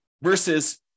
versus